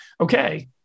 okay